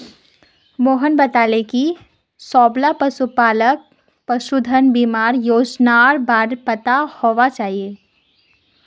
मोहन बताले कि सबला पशुपालकक पशुधन बीमा योजनार बार पता होना चाहिए